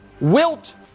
Wilt